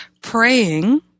praying